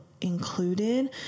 included